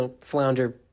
flounder